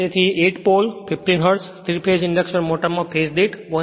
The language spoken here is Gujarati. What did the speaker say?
તેથી એક 8 પોલ 50 હર્ટ્ઝ 3 ફેજ ઇન્ડક્શન મોટરમાં ફેજ દીઠ 0